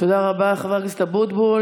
תודה רבה, חבר הכנסת אבוטבול.